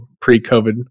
pre-COVID